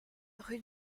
rue